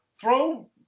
Throw